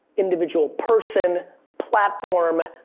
individual person, platform,